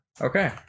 Okay